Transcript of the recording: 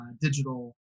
digital